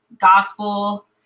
gospel